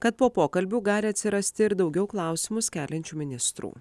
kad po pokalbių gali atsirasti ir daugiau klausimus keliančių ministrų